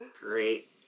Great